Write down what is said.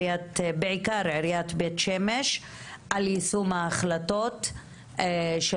בעיקר עיריית בית שמש על יישום ההחלטות של